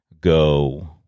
go